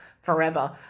forever